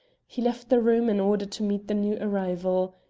he left the room in order to meet the new arrival.